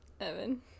Evan